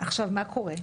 עכשיו מה קורה?